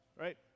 Right